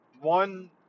One